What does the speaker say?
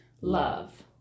love